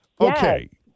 Okay